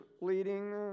leading